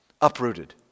Uprooted